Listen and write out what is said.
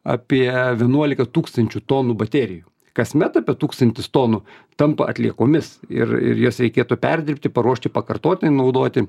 apie vienuolika tūkstančių tonų baterijų kasmet apie tūkstantis tonų tampa atliekomis ir ir juos reikėtų perdirbti paruošti pakartotinai naudoti